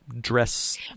dress